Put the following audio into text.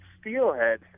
steelhead